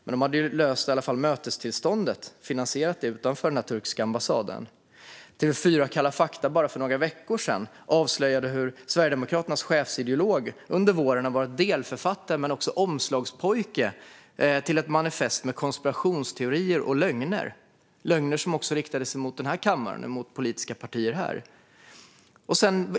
De hade i varje fall finansierat mötestillståndet utanför den turkiska ambassaden. Kalla Fakta i TV4 avslöjade för bara några veckor sedan hur Sverigedemokraternas chefsideolog under våren har varit delförfattare och också omslagspojke till ett manifest med konspirationsteorier och lögner. Det var lögner som också riktade sig mot den här kammaren och politiska partier här.